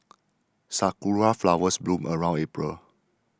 sakura flowers bloom around April